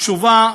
התשובה,